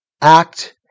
act